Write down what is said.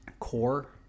Core